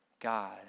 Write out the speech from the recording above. God